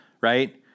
right